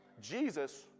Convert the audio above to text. Jesus